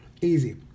Easy